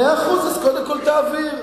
מאה אחוז, אז קודם כול תעביר.